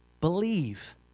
Believe